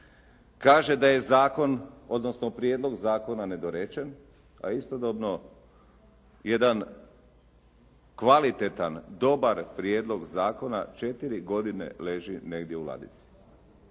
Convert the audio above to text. Kaže da je zakon odnosno prijedlog zakona nedorečen a istodobno jedan kvalitetan dobar prijedlog zakona 4 godine leži negdje u ladici.